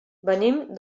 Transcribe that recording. venim